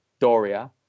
Doria